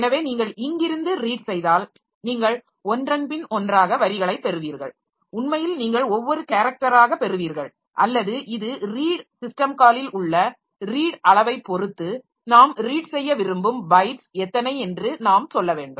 எனவே நீங்கள் இங்கிருந்து ரீட் செய்தால் நீங்கள் ஒன்றன் பின் ஒன்றாக வரிகளைப் பெறுவீர்கள் உண்மையில் நீங்கள் ஒவ்வொரு கேரக்டராக பெறுவீர்கள் அல்லது இது ரீட் சிஸ்டம் காலில் உள்ள ரீட் அளவைப் பொறுத்து நாம் ரீட் செய்ய விரும்பும் பைட்ஸ் எத்தனை என்று நாம் சொல்ல வேண்டும்